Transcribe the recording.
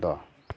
ᱫᱚ